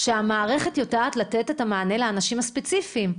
שהמערכת יודעת לתת את המענה לאנשים הספציפיים?